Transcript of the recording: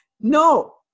no